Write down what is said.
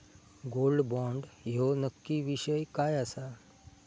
Gold bond ह्यो नक्की विषय काय आसा?